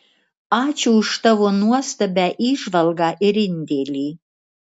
ačiū už tavo nuostabią įžvalgą ir indėlį